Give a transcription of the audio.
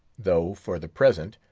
though, for the present,